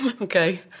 Okay